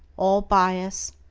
all bias,